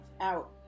out